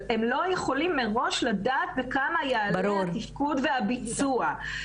אבל הם לא יכולים לדעת מראש בכמה יעלה התפקוד והביצוע.